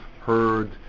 heard